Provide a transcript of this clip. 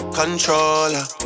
controller